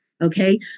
Okay